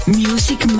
music